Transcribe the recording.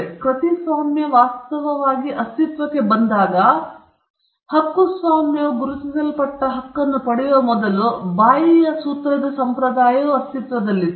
ಆದ್ದರಿಂದ ಕೃತಿಸ್ವಾಮ್ಯ ವಾಸ್ತವವಾಗಿ ಅಸ್ತಿತ್ವಕ್ಕೆ ಬಂದಾಗ ಅಥವಾ ಹಕ್ಕುಸ್ವಾಮ್ಯವು ಗುರುತಿಸಲ್ಪಟ್ಟ ಹಕ್ಕನ್ನು ಪಡೆಯುವ ಮೊದಲು ಬಾಯಿಯ ಸೂತ್ರದ ಸಂಪ್ರದಾಯವು ಅಸ್ತಿತ್ವದಲ್ಲಿತ್ತು